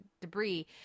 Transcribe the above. debris